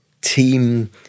team